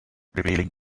revealing